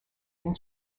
and